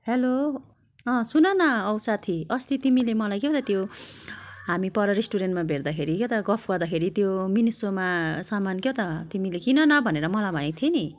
hello सुन न औ साथी अस्ति तिमीले मलाई क्या त त्यो हामी पर रेस्टुरेन्टमा भेट्दाखेरि क्या त गफ गर्दाखेरि त्यो मिनी सोमा सामान क्या त तिमीले किन न भनेर मलाई भनेको थियो नि